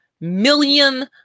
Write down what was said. million